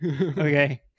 Okay